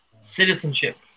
citizenship